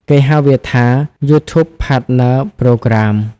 គេហៅវាថា YouTube Partner Program។